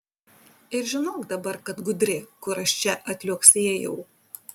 ir žinok dabar kad gudri kur aš čia atliuoksėjau